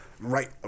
right